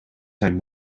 zijn